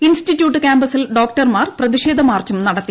institute കാമ്പസിൽ ഡോക്ടർമാർ പ്രതിഷേധ മാർച്ചും നടത്തി